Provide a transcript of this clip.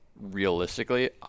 Realistically